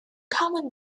common